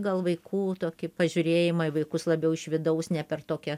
gal vaikų tokį pažiūrėjimą į vaikus labiau iš vidaus ne per tokią